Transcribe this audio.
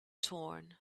torn